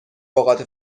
اوقات